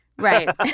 Right